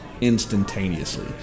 instantaneously